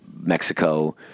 Mexico